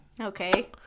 Okay